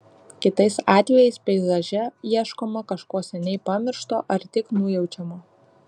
kitais atvejais peizaže ieškoma kažko seniai pamiršto ar tik nujaučiamo